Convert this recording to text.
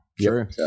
Sure